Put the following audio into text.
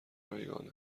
رایگان